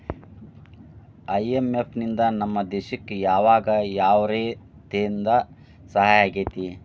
IMF ನಿಂದಾ ನಮ್ಮ ದೇಶಕ್ ಯಾವಗ ಯಾವ್ರೇತೇಂದಾ ಸಹಾಯಾಗೇತಿ?